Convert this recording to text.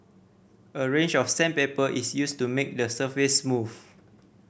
a range of sandpaper is used to make the surface smooth